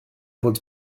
bod